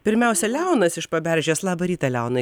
pirmiausia liaunas iš paberžės labą rytą liaunai